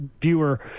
viewer